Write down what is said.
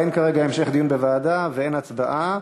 ואין כרגע המשך דיון בוועדה ואין הצבעה.